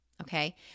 okay